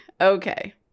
okay